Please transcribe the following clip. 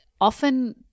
often